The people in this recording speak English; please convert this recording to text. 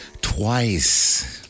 Twice